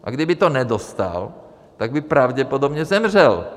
A kdyby to nedostal, tak by pravděpodobně zemřel.